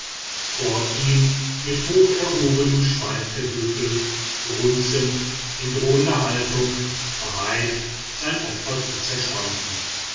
vor ihm mit hocherhobenem schweif der büffel grunzend in drohender haltung bereit sein opfer zu zerstampfen